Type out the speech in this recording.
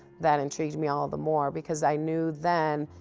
that intrigued me all the more because i knew, then,